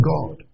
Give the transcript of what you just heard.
God